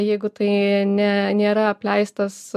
jeigu tai ne nėra apleistas